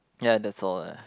ya that's all ah